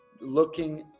looking